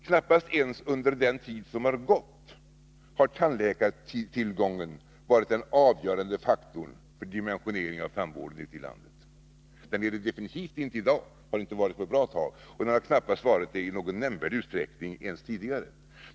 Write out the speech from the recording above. Knappast ens under den tid som har gått har tandläkartidtillgången varit den avgörande faktorn för dimensioneringen av tandvården ute i landet. Den är det definitivt inte i dag och har inte varit det på ett bra tag. Den har knappast varit det i någon nämnvärd utsträckning ens tidigare.